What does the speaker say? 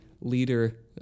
leader